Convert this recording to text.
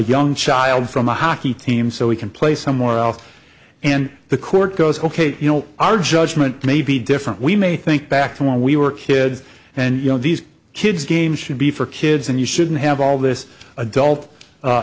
young child from a hockey team so he can play somewhere else and the court goes ok you know our judgment may be different we may think back to where we were kids and you know these kids games should be for kids and you shouldn't have all this adult